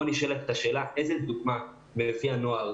איזו דוגמה מקבל הנוער?